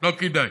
לא כדאי,